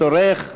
תורך.